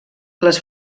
les